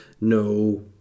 No